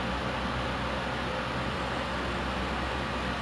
like you study for a few months then you go like attachment